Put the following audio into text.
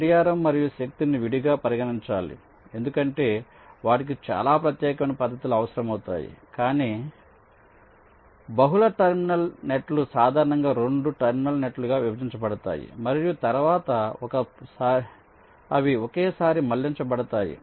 గడియారం మరియు శక్తిని విడిగా పరిగణించాలి ఎందుకంటే వాటికి చాలా ప్రత్యేకమైన పద్ధతులు అవసరమవుతాయి కాని లేకపోతే బహుళ టెర్మినల్ నెట్ లు సాధారణంగా 2 టెర్మినల్ నెట్లుగా విభజింపబడతాయి మరియు తరువాత అవి ఒకేసారి మళ్ళించబడతాయి